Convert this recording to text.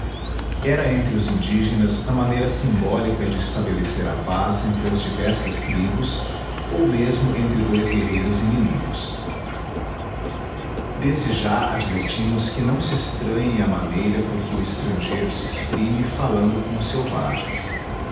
era entre os indígenas a maneira simbólica de estabelecer a paz entre as diversas tribos ou mesmo entre dois guerreiros inimigos desde já advertimos que não se estranhe a maneira por que o estrangeiro se exprime falando com os selvagens